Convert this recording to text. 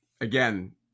again